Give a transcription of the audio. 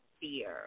fear